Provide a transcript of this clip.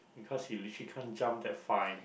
because you literally can't jump that far